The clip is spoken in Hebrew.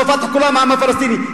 לא "פתח" כל העם הפלסטיני,